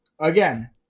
again